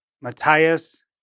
Matthias